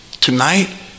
tonight